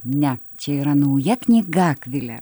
ne čia yra nauja knyga akvile